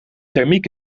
thermiek